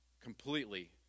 completely